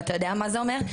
ואתה יודע מה זה אומר?